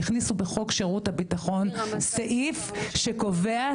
והכניסו בחוק שירות הביטחון סעיף שקובע,